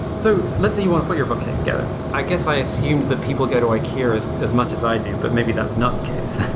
so let's say you want to put your bookcase together. i guess i assume that people go to ikea as as much as i do, but maybe that's not the case.